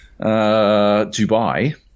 Dubai